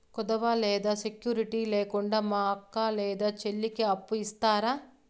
కుదువ లేదా సెక్యూరిటి లేకుండా మా అక్క లేదా చెల్లికి అప్పు ఇస్తారా?